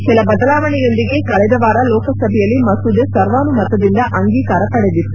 ಕೆಲ ಬದಲಾವಣೆಯೊಂದಿಗೆ ಕಳೆದ ವಾರ ಲೋಕಸಭೆಯಲ್ಲಿ ಮಸೂದೆ ಸರ್ವಾನುಮತದಿಂದ ಅಂಗೀಕಾರ ಪಡೆದಿತ್ತು